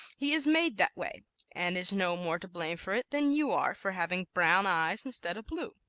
he is made that way and is no more to blame for it than you are for having brown eyes instead of blue.